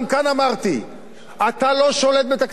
אתה לא שולט בתקציב הביטחון, והוא התפרץ,